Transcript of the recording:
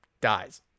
dies